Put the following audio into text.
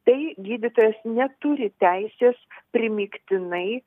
tai gydytojas neturi teisės primygtinai